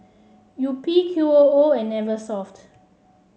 Yupi Qoo and Eversoft